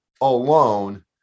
alone